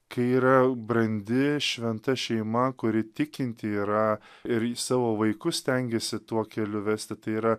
kai yra brandi šventa šeima kuri tikinti yra ir į savo vaikus stengiasi tuo keliu vesti tai yra